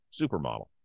supermodel